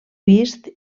vist